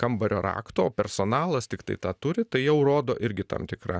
kambario rakto o personalas tiktai tą turi tai jau rodo irgi tam tikrą